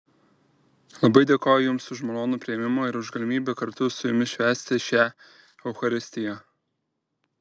labai dėkoju jums už malonų priėmimą ir už galimybę kartu su jumis švęsti šią eucharistiją